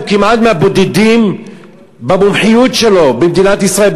הוא מהבודדים במומחיות שלו במדינת ישראל,